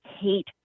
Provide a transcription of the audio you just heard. hate